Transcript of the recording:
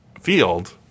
field